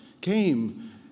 came